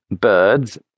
birds